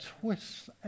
twists